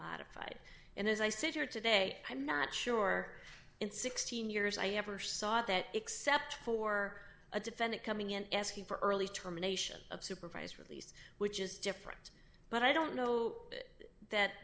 modified and as i sit here today i'm not sure in sixteen years i ever saw that except for a defendant coming in asking for early termination of supervised release which is different but i don't know that